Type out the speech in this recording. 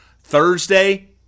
Thursday